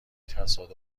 تصادف